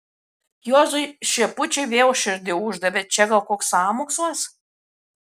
juozui šepučiui vėl širdį uždavė čia gal koks sąmokslas